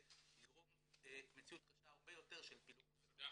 יגרום למציאות קשה הרבה יותר של פילוג בחברה.